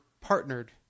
partnered